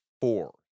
four